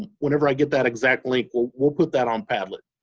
ah whenever i get that exact link we'll we'll put that on padlet.